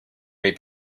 might